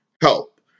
help